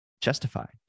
justified